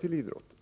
till idrotten.